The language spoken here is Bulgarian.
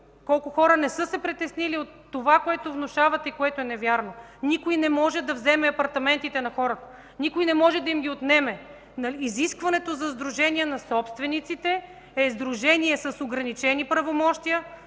колко хора не са се притеснили от това, което внушавате и което е невярно? Никой не може да вземе апартаментите на хората, никой не може да им ги отнеме. Изискването за Сдружение на собствениците е сдружение с ограничени правомощия